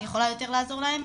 אני יכולה יותר לעזור להם.